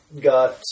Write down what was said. Got